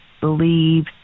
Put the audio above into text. believe